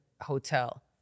hotel